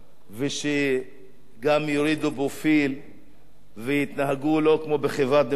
ושגם יורידו פרופיל ויתנהגו לא כמו בחברה דמוקרטית.